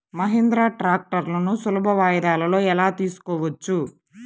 మహీంద్రా ట్రాక్టర్లను సులభ వాయిదాలలో ఎలా తీసుకోవచ్చు?